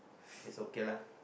it's okay lah